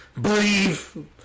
believe